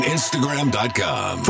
Instagram.com